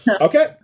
okay